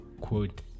quote